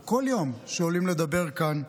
או בכל יום שעולים לדבר כאן,